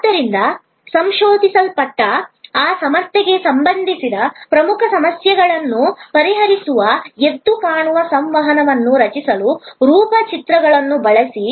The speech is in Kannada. ಆದ್ದರಿಂದ ಶೋಧಿಸದಿರುವಿಕೆ ಸಾಮಾನ್ಯತೆ ಅಮೂರ್ತತೆ ಮತ್ತು ಈ ಅಸಮರ್ಥತೆಗೆ ಸಂಬಂಧಿಸಿದ ಪ್ರಮುಖ ಸಮಸ್ಯೆಗಳ ಸಮಸ್ಯೆಯನ್ನು ಪರಿಹರಿಸುವ ಎದ್ದುಕಾಣುವ ಸಂವಹನವನ್ನು ರಚಿಸಲು ರೂಪಕ ಚಿತ್ರಗಳನ್ನು ಬಳಸಿ